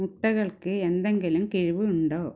മുട്ടകൾക്ക് എന്തെങ്കിലും കിഴിവ് ഉണ്ടോ